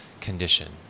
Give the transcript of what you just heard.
condition